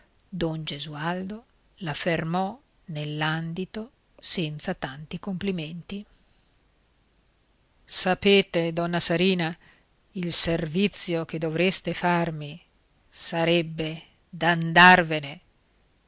don gesualdo la fermò nell'andito senza tanti complimenti sapete donna sarina il servizio che dovreste farmi sarebbe d'andarvene